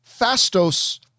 Fastos